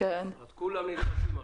אז כולם מאיצים עכשיו.